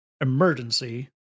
emergency